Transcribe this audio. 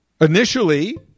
initially